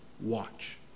watch